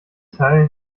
teil